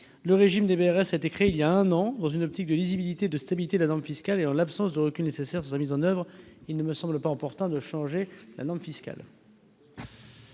Le régime des BRS a été créé voilà un an dans une optique de lisibilité et de stabilité de la norme fiscale. N'ayant pas le recul nécessaire sur sa mise en oeuvre, je ne crois pas opportun de changer la norme fiscale.